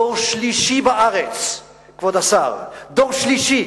דור שלישי בארץ, כבוד השר, דור שלישי,